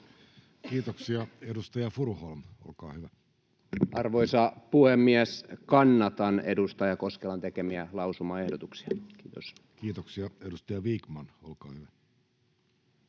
Kiitoksia. — Edustaja Furuholm, olkaa hyvä. Arvoisa puhemies! Kannatan edustaja Koskelan tekemiä lausumaehdotuksia. — Kiitos. Kiitoksia. — Edustaja Vikman, olkaa hyvä.